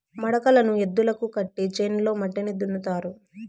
మడకలను ఎద్దులకు కట్టి చేనులో మట్టిని దున్నుతారు